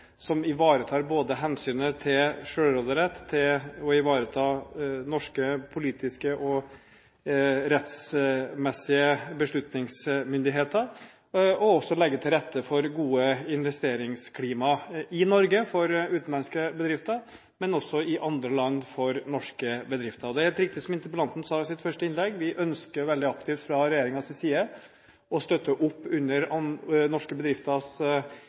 som ivaretar både hensynet til selvråderett og til norske politiske og rettsmessige beslutningsmyndigheter, og også legge til rette for godt investeringsklima i Norge for utenlandske bedrifter, men også i andre land for norske bedrifter. Det er helt riktig som interpellanten sa i sitt første innlegg, at vi fra regjeringens side veldig aktivt ønsker å støtte opp under norske bedrifters